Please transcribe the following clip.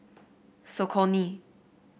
Saucony